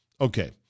Okay